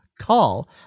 call